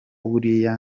buriya